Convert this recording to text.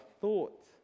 thought